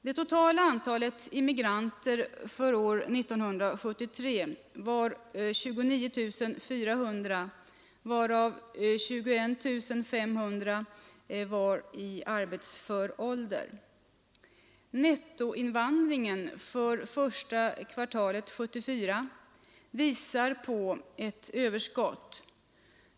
Det totala antalet immigranter år 1973 var 29 400, varav 21 500 var i arbetsför ålder. Nettoinvandringen under första kvartalet 1974 visar ett överskott.